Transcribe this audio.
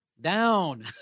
down